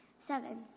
Seven